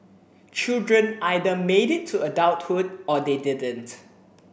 children either made it to adulthood or they didn't